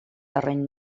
terreny